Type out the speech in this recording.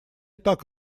так